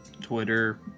Twitter